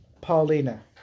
Paulina